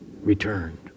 returned